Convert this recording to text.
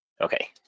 Okay